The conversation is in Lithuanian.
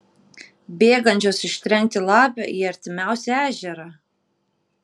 bėgančios ištrenkti lapę į artimiausią ežerą